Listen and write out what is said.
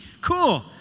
Cool